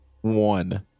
one